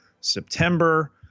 September